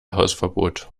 hausverbot